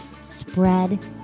spread